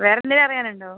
വേറെ എന്തെങ്കിലും അറിയാനുണ്ടോ